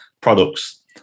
products